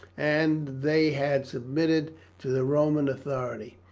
and they had submitted to the roman authority.